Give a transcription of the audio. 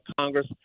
congress